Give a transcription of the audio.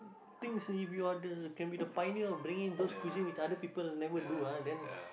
things if you are the can be the pioneer of bringing those cuisines which other people never do ah then